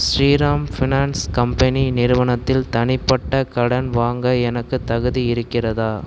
Sriram finance company நிறுவனத்தில் தனிப்பட்ட கடன் வாங்க எனக்குத் தகுதி இருக்கிறதா